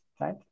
right